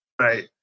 Right